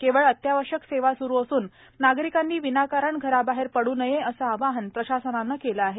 केवळ अत्यावश्यक सेवा सुरू असून नागरिकांनी विनाकारण घराबाहेर पडू नये असं आवाहन प्रशासनानं केलं आहे